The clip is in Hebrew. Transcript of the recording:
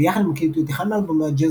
ויחד הם הקליטו את אחד מאלבומי הג'אז